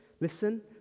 Listen